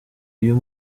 uyu